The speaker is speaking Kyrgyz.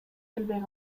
келбей